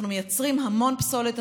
אנחנו מייצרים המון פסולת,